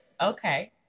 Okay